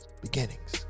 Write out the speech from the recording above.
beginnings